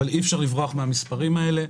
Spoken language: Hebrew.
אי-אפשר לברוח מהמספרים האלה,